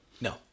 No